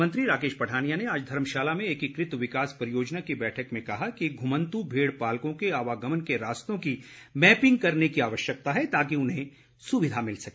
one मंत्री राकेश पठानिया ने आज धर्मशाला में एकीकृत विकास परियोजना की बैठक में कहा कि घूमंत् भेडपालकों के आवागमन के रास्तों की मैपिंग करने की आवश्यकता है ताकि उन्हें सुविधा मिल सके